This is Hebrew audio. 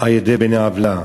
על-ידי בני-עוולה.